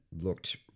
looked